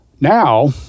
now